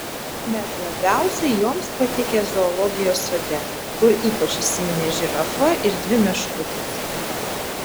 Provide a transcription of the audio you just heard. bet labiausiai joms patikę zoologijos sode kur ypač įsiminė žirafa ir dvi meškutės